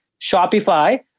Shopify